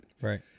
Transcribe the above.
Right